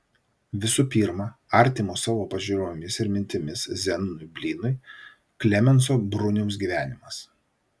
visų pirma artimo savo pažiūromis ir mintimis zenonui blynui klemenso bruniaus gyvenimas